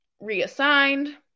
reassigned